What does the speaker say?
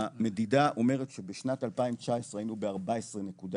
המדידה אומרת שבשנת 2019 היינו ב- 14 נקודה